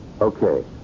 Okay